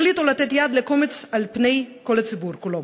החליטו לתת יד לקומץ על פני כל הציבור כולו.